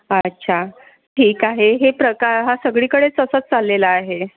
अच्छा ठीक आहे हे प्रकार हा सगळीकडे तसंच चाललेलं आहे